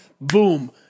boom